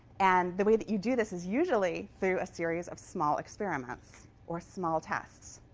and the way that you do this is usually through a series of small experiments or small tasks.